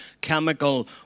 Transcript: chemical